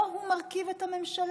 לא הוא מרכיב את הממשלה.